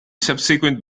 subsequent